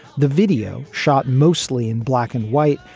the video, shot mostly in black and white,